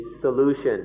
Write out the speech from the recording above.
solution